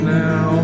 now